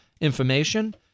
information